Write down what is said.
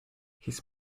his